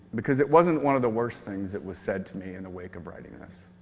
because it wasn't one of the worst things that was said to me in the wake of writing this.